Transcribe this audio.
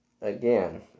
again